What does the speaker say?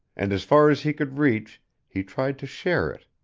and as far as he could reach he tried to share it